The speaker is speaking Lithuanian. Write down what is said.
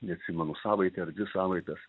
neatsimenu savaitę ar dvi savaites